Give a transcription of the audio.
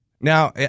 Now